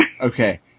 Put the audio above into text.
okay